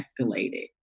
escalated